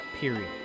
period